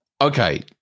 Okay